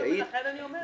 דרך אגב,